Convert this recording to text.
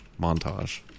montage